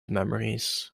memories